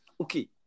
Okay